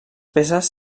peces